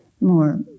more